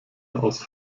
aus